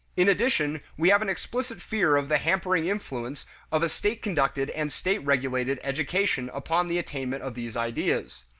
in addition we have an explicit fear of the hampering influence of a state-conducted and state-regulated education upon the attainment of these ideas.